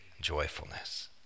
joyfulness